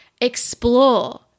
Explore